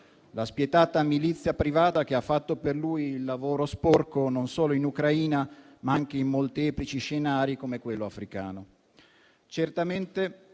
la spietata milizia privata che ha fatto per lui il lavoro sporco, non solo in Ucraina, ma anche in molteplici scenari, come quello africano.